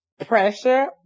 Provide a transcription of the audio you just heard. pressure